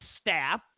staff